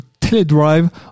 teledrive